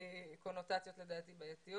קונוטציות בעייתיות.